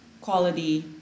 quality